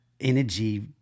energy